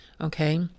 Okay